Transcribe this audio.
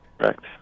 Correct